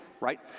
right